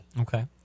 Okay